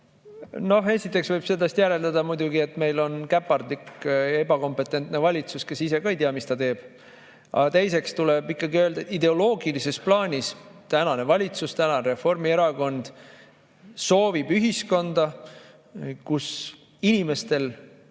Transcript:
Esiteks võib sellest järeldada muidugi, et meil on käpardlik ja ebakompetentne valitsus, kes ise ka ei tea, mis ta teeb. Aga teiseks tuleb öelda, et ideoloogilises plaanis tänane valitsus, tänane Reformierakond soovib ühiskonda, kus inimestel